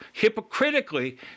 hypocritically